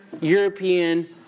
European